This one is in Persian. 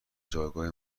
جایگاه